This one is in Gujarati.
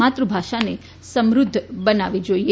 માતૃ ભાષાને સમૃદ્ધ બનાવવી જાઈએ